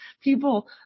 people